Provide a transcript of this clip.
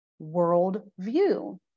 worldview